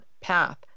path